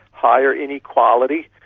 higher inequality,